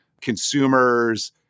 consumers